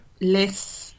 less